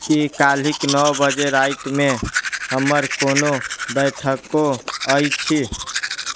की काल्हिक नओ बजे रातिमे हमर कोनो बैठको अछि